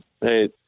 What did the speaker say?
Hey